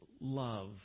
love